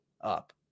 up